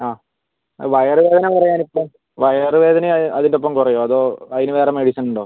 ആ വയറ് വേദന കുറയാനിപ്പം വയറുവേദനയും അതിന്റെ ഒപ്പം കുറയുവോ അതോ അതിന് വേറെ മെഡിസിൻ ഉണ്ടോ